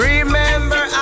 Remember